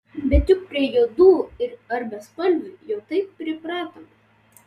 bet juk prie juodų ar bespalvių jau taip pripratome